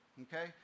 okay